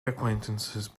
acquaintances